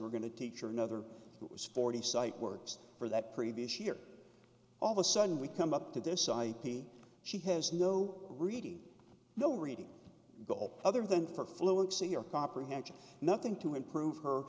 were going to teacher another was forty sight words for that previous year all the sudden we come up to decide he she has no reading no reading goal other than for fluency your comprehension nothing to improve her